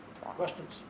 Questions